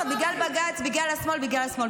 זה מה שאמרת: בגלל בג"ץ, בגלל השמאל, בגלל השמאל.